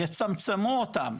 יצמצמו אותן,